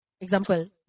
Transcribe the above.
Example